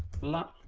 blah.